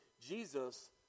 Jesus